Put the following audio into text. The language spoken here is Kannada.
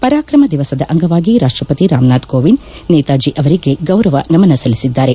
ಪರಾಕ್ರಮ ದಿಮಸದ ಅಂಗವಾಗಿ ರಾಷ್ಲಪತಿ ರಾಮನಾಥ್ ಕೋವಿಂದ್ ನೇತಾಜಿ ಅವರಿಗೆ ಗೌರವ ನಮನ ಸಲ್ಲಿಸಿದ್ದಾರೆ